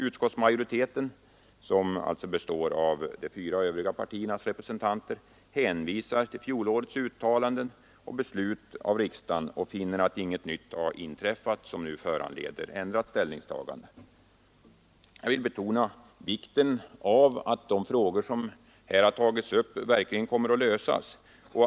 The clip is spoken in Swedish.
Utskottsmajoriteten, som alltså består av de fyra övriga partiernas representanter, hänvisar till fjolårets uttalanden och beslut av riksdagen och finner att inget nytt har inträffat som nu föranleder ändrat ställningstagande. Jag vill betona vikten av att de frågor som här har tagits upp verkligen kommer att lösas.